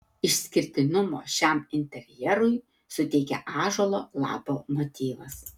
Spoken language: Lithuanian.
išskirtinumo šiam interjerui suteikia ąžuolo lapo motyvas